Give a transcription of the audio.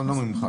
לא ממך,